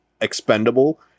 expendable